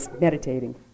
meditating